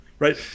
Right